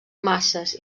masses